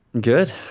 good